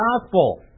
Gospel